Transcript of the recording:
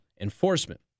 Enforcement